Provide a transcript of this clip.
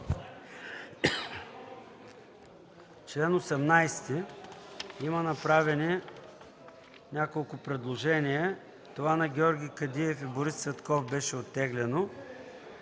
чл. 18 има направени няколко предложения. Това на Георги Кадиев и Борис Цветков беше оттеглено.